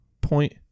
Point